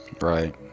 Right